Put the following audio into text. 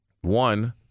One